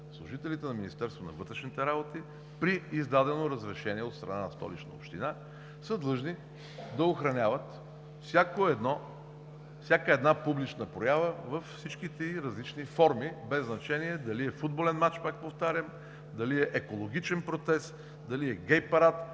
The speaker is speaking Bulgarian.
Служителите на Министерството на вътрешните работи при издадено разрешение от страна на Столична община са длъжни да охраняват всяка една публична проява във всичките ѝ различни форми, без значение дали е футболен мач, пак повтарям, дали е екологичен протест, дали е гей парад,